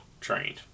trained